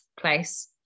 place